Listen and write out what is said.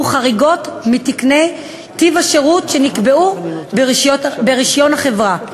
חריגות מתקני טיב השירות שנקבעו ברישיון החברה.